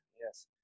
yes